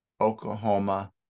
Oklahoma